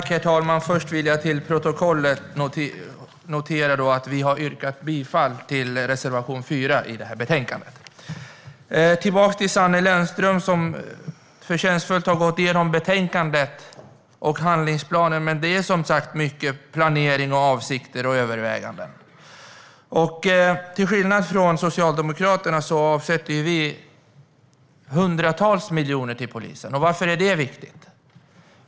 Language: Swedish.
Herr talman! Först vill jag få fört till protokollet att vi har yrkat bifall till reservation 4 i betänkandet. Åter till Sanne Lennström, som förtjänstfullt har gått igenom betänkandet och handlingsplanen, men det är som sagt mycket planering, avsikter och överväganden. Till skillnad från Socialdemokraterna avsätter vi hundratals miljoner till polisen, och varför är det viktigt?